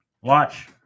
Watch